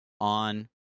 on